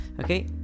Okay